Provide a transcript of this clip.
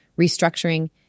restructuring